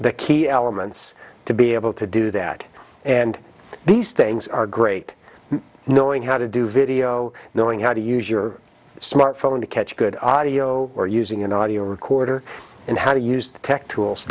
the key elements to be able to do that and these things are great knowing how to do video knowing how to use your smartphone to catch good audio or using an audio recorder and how to use the tech tools